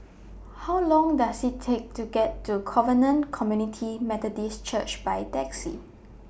How Long Does IT Take to get to Covenant Community Methodist Church By Taxi